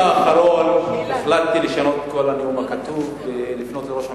האחרון החלטתי לשנות את כל הנאום הכתוב ולפנות אל ראש הממשלה,